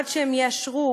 עד שהם יאשרו,